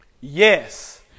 Yes